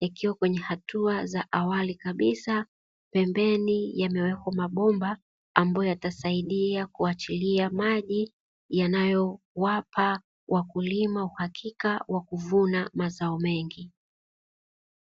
yakiwa kwenye hatua za awali kabisa pembeni yamewekwa mabomba ambayo yatasaidia kuachilia maji yanayowapa wakulima uhakika wa kuvuna mazao mengi.